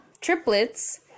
triplets